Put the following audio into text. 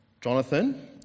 Jonathan